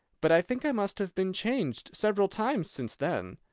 but i think i must have been changed several times since then.